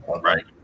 right